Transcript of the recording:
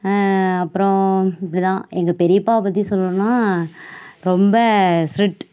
அப்றம் இப்படித்தான் எங்கள் பெரியப்பாவை பற்றி சொல்லனுன்னா ரொம்ப ஸ்ட்ரிட்